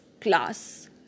class